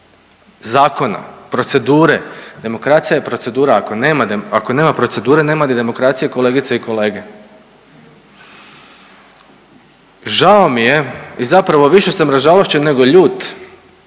zakona, procedure. Demokracija je procedura, ako nema procedure nema ni demokracije kolegice i kolege. Žao mi je i zapravo više sam ražalošćen nego ljut